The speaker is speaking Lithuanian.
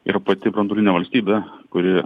ir pati branduolinė valstybė kuri